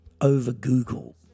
over-Google